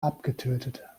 abgetötet